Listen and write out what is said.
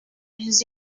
his